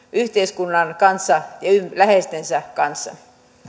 yhteiskunnan kanssa ja läheistensä kanssa